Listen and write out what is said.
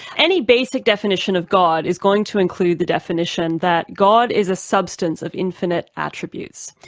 any basic definition of god is going to include the definition that god is a substance of infinite attributes.